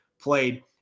played